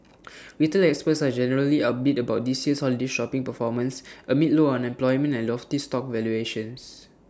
retail experts are generally upbeat about this year's holiday shopping performance amid low unemployment and lofty stock valuations